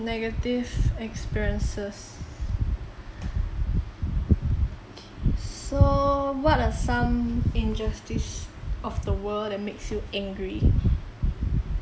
negative experiences okay so what are some injustice of the world that makes you angry